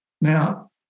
Now